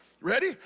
Ready